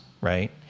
right